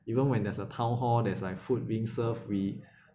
even when there's a town hall there's like food being served we